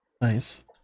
Nice